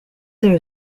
there